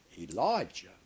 Elijah